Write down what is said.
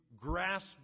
grasp